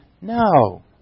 No